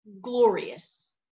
glorious